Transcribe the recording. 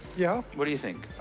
yeah. what do you think?